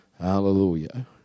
Hallelujah